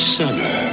summer